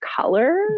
color